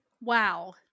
Wow